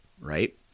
right